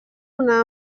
una